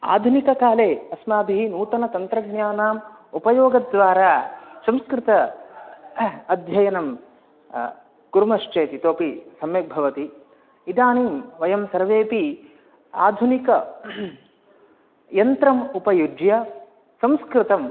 आधुनिककाले अस्माभिः नूतनं तन्त्रज्ञानस्य उपयोगद्वारा संस्कृतस्य अध्ययनं कुर्मश्चेत् इतोऽपि सम्यक् भवति इदानीं वयं सर्वेपि आधुनिकं यन्त्रम् उपयुज्य संस्कृतम्